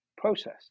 process